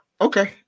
Okay